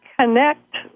connect